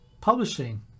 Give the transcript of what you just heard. publishing